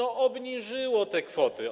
Obniżyło te kwoty.